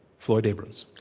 floyd abrams.